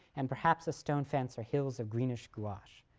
and perhaps a stone fence, or hills of greenish gouache.